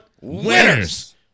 winners